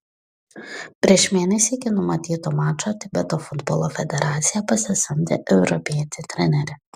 prieš mėnesį iki numatyto mačo tibeto futbolo federacija pasisamdė europietį trenerį